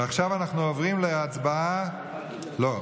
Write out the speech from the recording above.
עכשיו אנחנו עוברים להצבעה, לא,